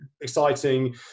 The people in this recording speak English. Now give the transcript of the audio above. exciting